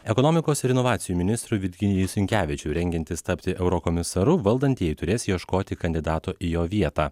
ekonomikos ir inovacijų ministrui virginijui sinkevičiui rengiantis tapti eurokomisaru valdantieji turės ieškoti kandidato į jo vietą